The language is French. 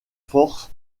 force